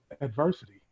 adversity